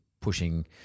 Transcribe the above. pushing